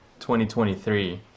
2023